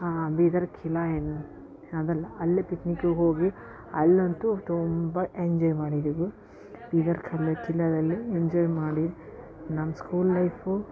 ಹಾಂ ಬೀದರ್ ಖಿಲ್ಲಾ ಇದು ಹಾಗಲ್ಲ ಅಲ್ಲೆ ಪಿಕ್ನಿಕಿಗೆ ಹೋಗಿ ಅಲ್ಲಂತೂ ತುಂಬ ಎಂಜಾಯ್ ಮಾಡಿದ್ದೆವು ಈಗ ಖಲರ್ ಖಿಲ್ಲಾದಲ್ಲಿ ಎಂಜಾಯ್ ಮಾಡಿ ನಮ್ಮ ಸ್ಕೂಲ್ ಲೈಫು